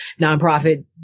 nonprofit